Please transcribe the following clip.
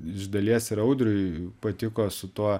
iš dalies ir audriui patiko su tuo